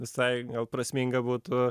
visai gal prasminga būtų